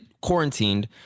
quarantined